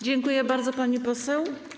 Dziękuję bardzo, pani poseł.